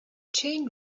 chain